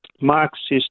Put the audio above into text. Marxist